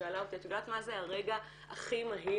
שאלה אותי "את יודעת מה זה הרגע הכי מהיר",